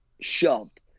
shoved